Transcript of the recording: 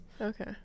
okay